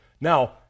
Now